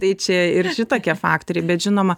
tai čia ir tokie faktoriai bet žinoma